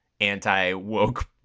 anti-woke